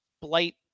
Blight